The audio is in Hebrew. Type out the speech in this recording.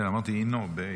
אמרתי "הינו", בה"א.